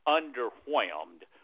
underwhelmed